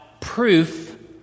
proof